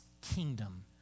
kingdom